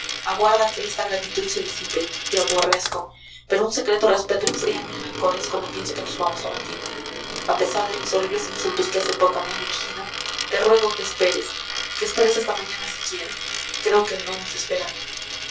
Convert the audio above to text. aguarda a que esta gratitud se disipe te aborrezco pero un secreto respeto enfría mis rencores cuando pienso que nos vamos a batir a pesar de los horribles insultos que hace poco me has dirigido te ruego que esperes que esperes hasta mañana siquiera creo que debemos esperar